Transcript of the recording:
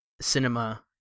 cinema